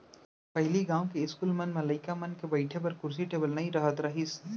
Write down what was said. पहिली गॉंव के इस्कूल मन म लइका मन के बइठे बर कुरसी टेबिल नइ रहत रहिस